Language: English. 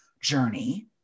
journey